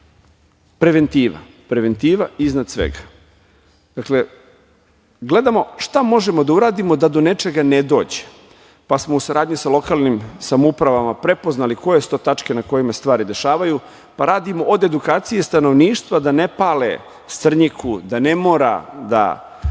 Preventiva. Preventiva iznad svega. Dakle, gledamo šta možemo da uradimo da do nečega ne dođe, pa smo u saradnji sa lokalnim samoupravama prepoznali koje su to tačke na kojima se stvari dešavaju, pa radimo od edukacija stanovništva da ne pale strnjiku, da ne mora kao